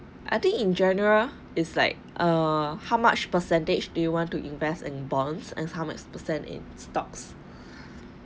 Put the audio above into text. I think in general is like err how much percentage do you want to invest in bonds and how much percent in stocks